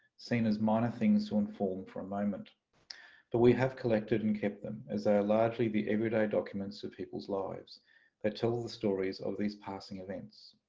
seen as minor things to inform for a moment but we have collected and kept them as they are largely the everyday documents of people's lives that tell the stories of these passing events.